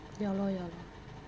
ya lor ya lor